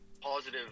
positive